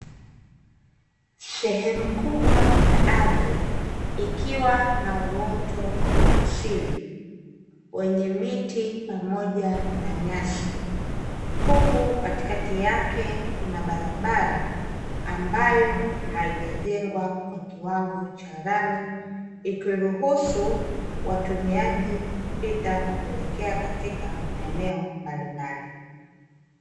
Sehemu kubwa ya ardhi, ikiwa na uoto wa asili wenye miti pamoja na nyasi. Huku katikati yake kuna barabara, ambayo haijajengwa kwa kiwango cha lami, ikiruhusu watumiaji kupita na kuelekea katika maeneo mbalimbali.